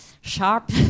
sharp